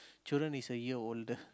children is a year older